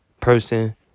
Person